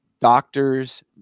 doctors